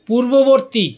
পূর্ববর্তী